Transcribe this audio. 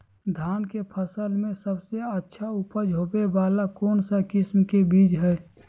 धान के फसल में सबसे अच्छा उपज होबे वाला कौन किस्म के बीज हय?